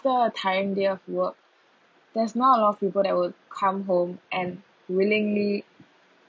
after a tiring day of work there's not a lot of people that would come home and willingly